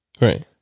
Right